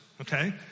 okay